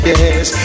Yes